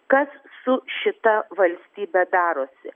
kas su šita valstybe darosi